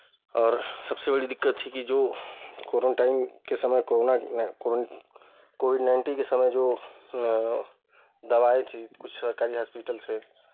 और सबसे बड़ी दिक्कत थी कि जो कोरेंटाइन के समय कोरोना कोविड नाइंटीन के समय जो दवाई थी कुछ सरकारी हॉस्पिटल से